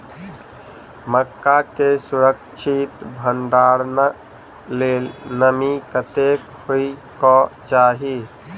मक्का केँ सुरक्षित भण्डारण लेल नमी कतेक होइ कऽ चाहि?